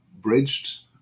bridged